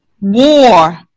War